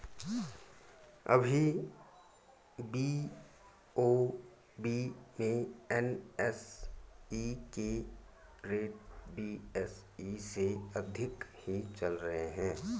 अभी बी.ओ.बी में एन.एस.ई के रेट बी.एस.ई से अधिक ही चल रहे हैं